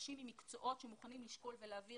אנשים עם מקצועות שמוכנים לשקול ולהעביר.